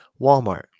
Walmart